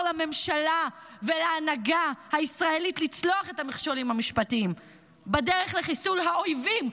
לממשלה ולהנהגה הישראלית לצלוח את המכשולים המשפטיים בדרך לחיסול האויבים,